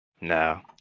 No